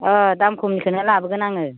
अह दाम खमनिखौनो लाबोगोन आङो